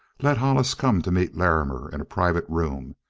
let hollis come to meet larrimer in a private room.